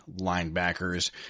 linebackers